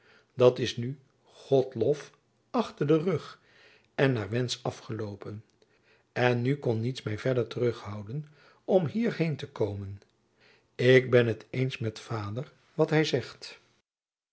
dat is nu god lof achter den rug en naar wensch afgeloopen en nu kon niets my verder terughouden om hier heen te komen ik ben t eens met vader waar hy zegt